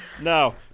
No